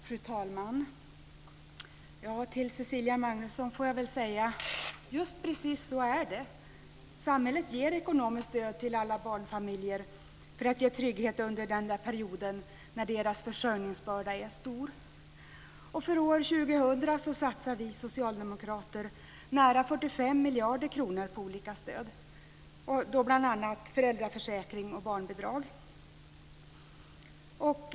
Fru talman! Till Cecilia Magnusson får jag säga att det är just precis så. Samhället ger ekonomiskt stöd till alla barnfamiljer för att de ska känna trygghet under den period då deras försörjningsbörda är stor. För år 2000 satsar vi socialdemokrater nära 45 miljarder kronor på olika stöd, bl.a. föräldraförsäkring och barnbidrag.